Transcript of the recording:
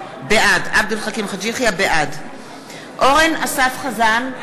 בעד אורן אסף חזן,